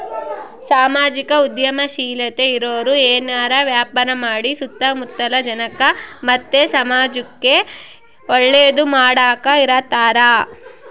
ಸಾಮಾಜಿಕ ಉದ್ಯಮಶೀಲತೆ ಇರೋರು ಏನಾರ ವ್ಯಾಪಾರ ಮಾಡಿ ಸುತ್ತ ಮುತ್ತಲ ಜನಕ್ಕ ಮತ್ತೆ ಸಮಾಜುಕ್ಕೆ ಒಳ್ಳೇದು ಮಾಡಕ ಇರತಾರ